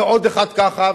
ועוד אחד ככה,